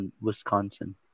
Wisconsin